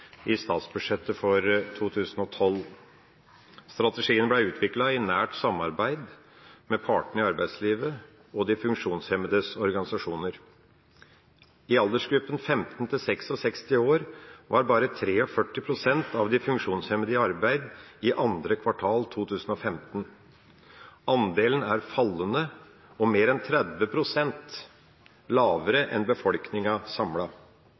i statsbudsjettet for 2012. Strategien blei utvikla i nært samarbeid med partene i arbeidslivet og de funksjonshemmedes organisasjoner. I aldersgruppen 15–66 år var bare 43 pst. av de funksjonshemmede i arbeid i 2. kvartal 2015. Andelen er fallende og mer enn 30 prosentpoeng lavere enn befolkninga